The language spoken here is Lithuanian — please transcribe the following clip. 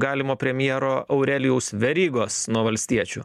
galimo premjero aurelijaus verygos nuo valstiečių